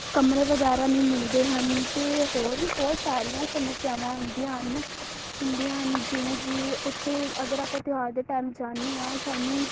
ਕਮਰੇ ਵਗੈਰਾ ਨਹੀਂ ਮਿਲਦੇ ਹਨ ਅਤੇ ਹੋਰ ਵੀ ਬਹੁਤ ਸਾਰੀਆਂ ਸਮੱਸਿਆਵਾਂ ਹੁੰਦੀਆਂ ਹਨ ਹੁੰਦੀਆਂ ਹਨ ਜਿਵੇਂ ਕਿ ਉੱਥੇ ਅਗਰ ਆਪਾਂ ਤਿਉਹਾਰ ਦੇ ਟਾਈਮ ਜਾਂਦੇ ਹਾਂ ਸਾਨੂੰ